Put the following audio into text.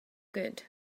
good